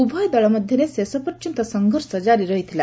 ଉଭୟ ଦଳ ମଧ୍ୟରେ ଶେଷ ପର୍ଯ୍ୟନ୍ତ ସଂଘର୍ଷ ଜାରି ରହିଥିଲା